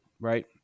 Right